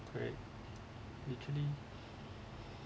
right mutually